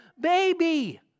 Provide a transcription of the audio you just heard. baby